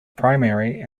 primary